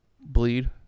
bleed